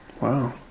Wow